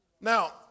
Now